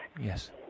Yes